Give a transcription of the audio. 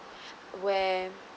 where